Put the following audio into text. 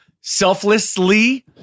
selflessly